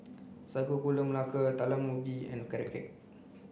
sago gula melaka talam ubi and carrot cake